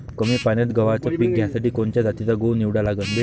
कमी पान्यात गव्हाचं पीक घ्यासाठी कोनच्या जातीचा गहू निवडा लागन?